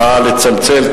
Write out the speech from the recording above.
נא לצלצל,